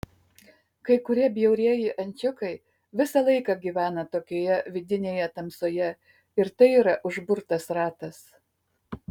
kai kurie bjaurieji ančiukai visą laiką gyvena tokioje vidinėje tamsoje ir tai yra užburtas ratas